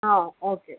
okay